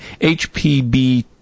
HPB